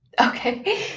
Okay